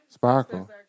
Sparkle